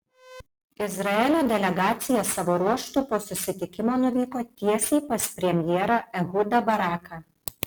izraelio delegacija savo ruožtu po susitikimo nuvyko tiesiai pas premjerą ehudą baraką